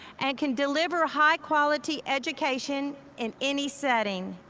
and can deliver high-quality education in any setting.